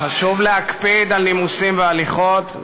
חשוב להקפיד על נימוסים והליכות,